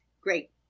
Great